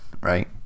right